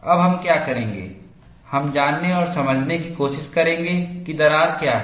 अब हम क्या करेंगे हम जानने और समझने की कोशिश करेंगे कि दरार क्या है